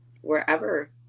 wherever